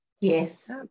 Yes